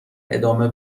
ادامه